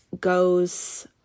goes